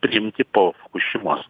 priimti po fukušimos